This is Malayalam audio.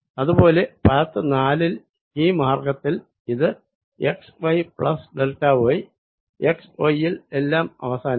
അത് പോലെ പാത്ത് 4 ൽ ഈ മാർഗ്ഗത്തിൽ ഇത് x y plus delta y x y ൽ എല്ലാം അവസാനിക്കും